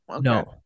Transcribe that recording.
No